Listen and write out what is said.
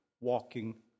walking